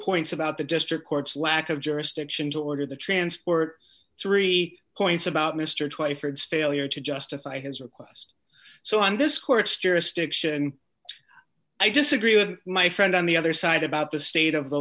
points about the district court's lack of jurisdiction to order the transport three points about mr twyford failure to justify his request so on this court's jurisdiction i disagree with my friend on the other side about the state of the